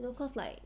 you know cause like